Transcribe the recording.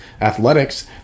athletics